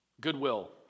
Goodwill